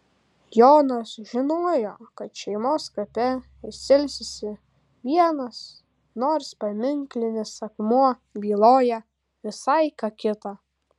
jonas žinojo kad šeimos kape jis ilsisi vienas nors paminklinis akmuo byloja visai ką kita